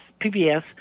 PBS